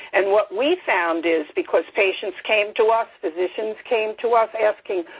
and what we found is, because patients came to us, physicians came to us, asking,